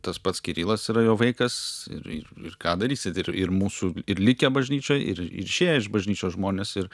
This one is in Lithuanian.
tas pats kirilas yra jo vaikas ir ir ir ką darysit ir ir mūsų ir likę bažnyčioj ir ir išėję iš bažnyčios žmonės ir